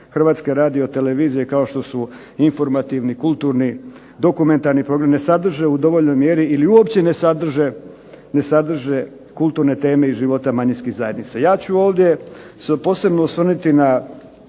Hrvatske radiotelevizije kao što su informativni, kulturni, dokumentarni programi, ne sadrže u dovoljnoj mjeri ili uopće ne sadrže kulturne teme iz života manjinskih zajednica. Ja ću ovdje se posebno osvrnuti na